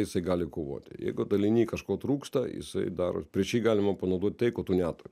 jisai gali kovoti jeigu daliny kažko trūksta jisai daros prieš jį galima panaudot tai ko tu neturi